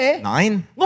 Nine